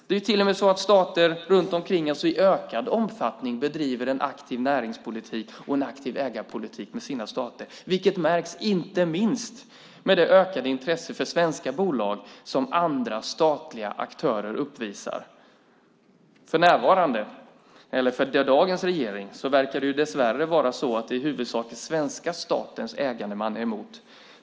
Det är till och med så att stater runt omkring i ökad omfattning bedriver en aktiv näringspolitik och en aktiv ägarpolitik med sina statliga företag. Det märks inte minst med det ökade intresse för svenska bolag som andra statliga aktörer uppvisar. För dagens regering verkar det dessvärre vara så att det i huvudsak är svenska statens ägande man är emot.